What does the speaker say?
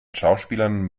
schauspielern